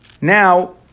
now